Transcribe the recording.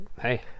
Hey